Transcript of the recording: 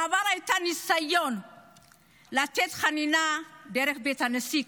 בעבר היה ניסיון לתת חנינה דרך בית הנשיא,